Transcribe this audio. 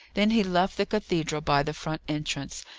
then he left the cathedral by the front entrance,